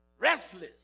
restless